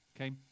Okay